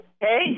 hey